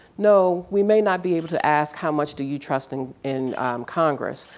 no we may not be able to ask how much do you trust in in congress,